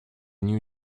new